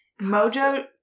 Mojo-